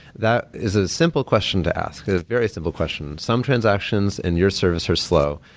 that is a simple question to ask. a very simple question some transactions in your service are slow.